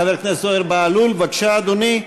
חבר הכנסת זוהיר בהלול, בבקשה, אדוני.